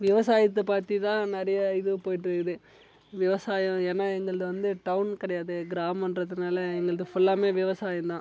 விவசாயத்தை பற்றிதான் நிறைய இது போய்கிட்ருக்குது விவசாயம் ஏன்னால் எங்களது வந்து டவுன் கிடையாது கிராமம்ங்றதுனால எங்களது ஃபுல்லாமே விவசாயம் தான்